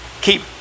keep